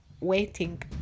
waiting